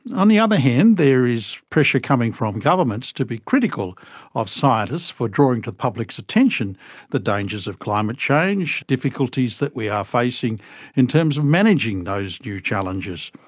on the other hand, there is pressure coming from governments to be critical of scientists for drawing to the public's attention the dangers of climate change, difficulties that we are facing in terms of managing those new challenges.